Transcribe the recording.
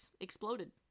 exploded